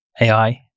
AI